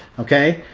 okay?